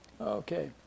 Okay